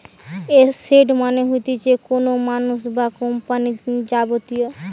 asset মানে হতিছে কোনো মানুষ বা কোম্পানির যাবতীয়